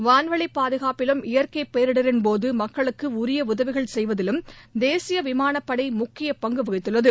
வான்வெளி பாதுகாப்பிலும் இயற்கை பேரிடரின் போது மக்களுக்கு உரிய உதவிகள் செய்வதிலும் தேசிய விமானப்படை முக்கியப் பங்கு வகித்துள்ளது